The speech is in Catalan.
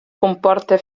comporta